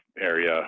area